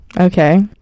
Okay